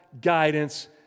guidance